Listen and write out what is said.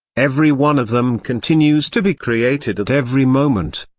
every one of them continues to be created at every moment.